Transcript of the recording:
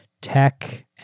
tech